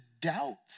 doubt